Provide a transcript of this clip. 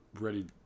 ready